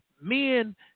Men